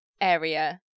area